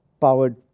powered